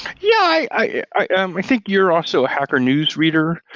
yeah. i i think you're also a hacker news reader,